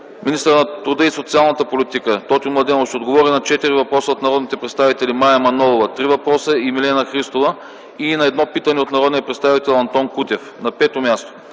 Министърът на труда и социалната политика Тотю Младенов ще отговори на четири въпроса от народните представители Мая Манолова (три въпроса); Милена Христова и на едно питане от народния представител Антон Кутев. 5.